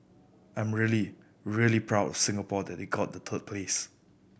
I'm really really proud of Singapore that they got the third place